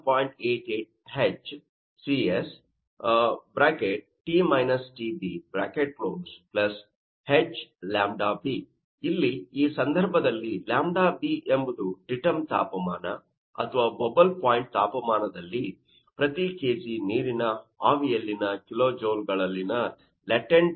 88H Cs T − Tb H λb ಇಲ್ಲಿ ಈ ಸಂದರ್ಭದಲ್ಲಿ λb ಎಂಬುದು ಡಿಟಮ್ ತಾಪಮಾನ ಅಥವಾ ಬಬಲ್ ಪಾಯಿಂಟ್ ತಾಪಮಾನದಲ್ಲಿ ಪ್ರತಿ ಕೆಜಿ ನೀರಿನ ಆವಿಯಲ್ಲಿನ ಕಿಲೋಜೌಲ್ ಗಳಲ್ಲಿನ ಲ್ಯಾಟೆಂಟ್ ಶಾಖLatetent Heat ಆಗಿದೆ